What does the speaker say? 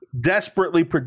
desperately